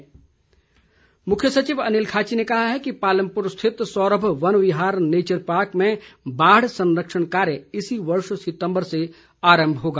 मुख्य सचिव मुख्य सचिव अनिल खाची ने कहा है कि पालमपुर स्थित सौरभ वन विहार नेचर पार्क में बाढ़ संरक्षण कार्य इसी वर्ष सितम्बर से आरंभ होगा